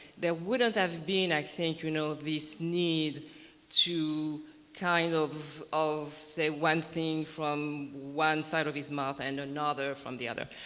there wouldn't have been i think you know this need to kind of of say one thing from one side of his mouth and another from the other.